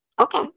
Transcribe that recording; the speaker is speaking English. Okay